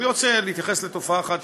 אני רוצה להתייחס לתופעה אחת,